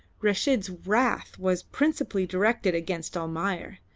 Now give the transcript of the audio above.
reshid's wrath was principally directed against almayer,